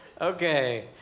Okay